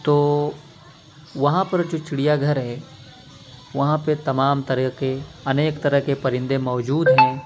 تو وہاں پر جو چڑیا گھر ہے وہاں پہ تمام طریقے انیک طرح کے پرندے موجود ہیں